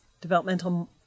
developmental